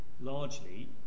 largely